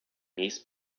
niece